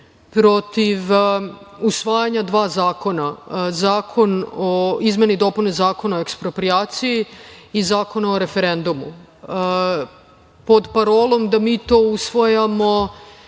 protiv usvajanja dva zakona - Izmene i dopune Zakona o eksproprijaciji i Zakona o referendumu, pod parolom da mi to usvajamo